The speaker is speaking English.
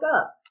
up